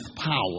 power